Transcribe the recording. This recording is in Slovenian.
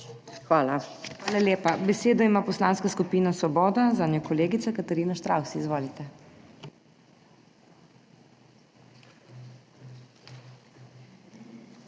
HOT: Hvala lepa. Besedo ima Poslanska skupina Svoboda, zanjo kolegica Katarina Štravs. Izvolite.